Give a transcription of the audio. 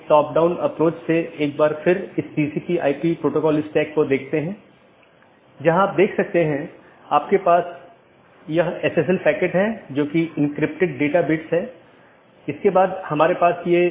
यदि हम पूरे इंटरनेट या नेटवर्क के नेटवर्क को देखते हैं तो किसी भी सूचना को आगे बढ़ाने के लिए या किसी एक सिस्टम या एक नेटवर्क से दूसरे नेटवर्क पर भेजने के लिए इसे कई नेटवर्क और ऑटॉनमस सिस्टमों से गुजरना होगा